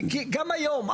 גם היום,